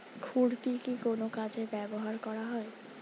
খুরপি কি কোন কাজে ব্যবহার করা হয়?